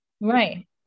right